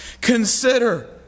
Consider